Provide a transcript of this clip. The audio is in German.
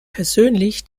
persönlich